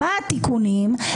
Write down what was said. מה התיקונים?